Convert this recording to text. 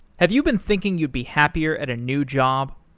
have you been thinking you'd be happier at a new job?